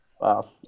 Wow